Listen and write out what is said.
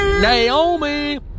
Naomi